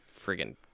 friggin